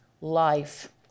life